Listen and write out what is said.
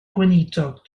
gweinidog